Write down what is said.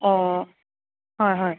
অ হয় হয়